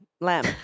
Lamb